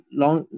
long